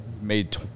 made